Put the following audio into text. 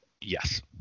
Yes